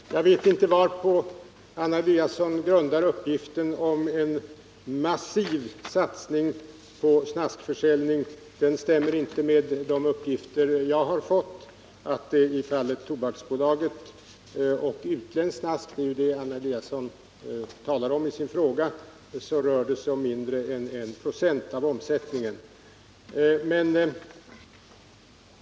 Herr talman! Jag vet inte varpå Anna Eliasson grundar uppgiften om en massiv satsning på snaskförsäljning. Den stämmer inte med de uppgifter jag har fått. I fallet Tobaksbolagets försäljning av utländskt snask — det är ju det som Anna Eliasson talar om i sin fråga — rör det sig om mindre än 1 96 av omsättningen.